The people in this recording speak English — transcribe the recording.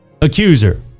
Accuser